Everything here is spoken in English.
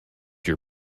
your